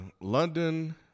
London